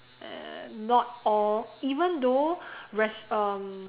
and not all even though rest um